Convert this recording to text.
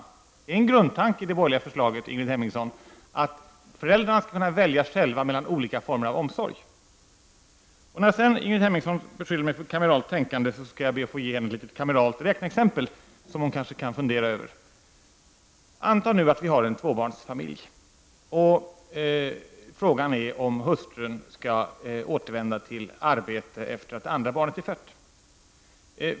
Det är en grundtanke i det borgerliga förslaget, Ingrid Hemmingsson, att föräldrarna själva skall kunna välja mellan olika former av omsorg. Ingrid Hemmingsson beskyller mig för kameralt tänkande. Låt mig då ge henne ett kameralt räkneexempel, som hon kan fundera över. Vi har en tvåbarnsfamilj, och frågan är om hustrun skall återvända till förvärvsarbete efter det andra barnets födelse.